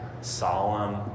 solemn